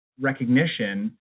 recognition